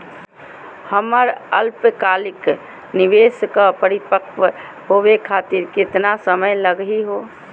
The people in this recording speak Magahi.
हमर अल्पकालिक निवेस क परिपक्व होवे खातिर केतना समय लगही हो?